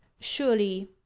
surely